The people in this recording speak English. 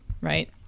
Right